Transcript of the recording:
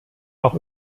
auch